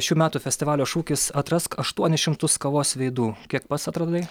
šių metų festivalio šūkis atrask aštuonis šimtus kavos veidų kiek pats atradai